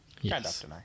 Yes